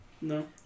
No